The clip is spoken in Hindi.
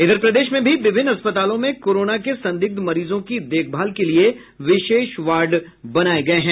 इधर प्रदेश में भी विभिन्न अस्पतालों में कोरोना के संदिग्ध मरीजों की देखभाल के लिये विशेष वार्ड बनाये गये हैं